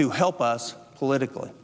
to help us politically